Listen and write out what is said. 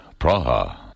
Praha